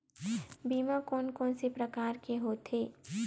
बीमा कोन कोन से प्रकार के होथे?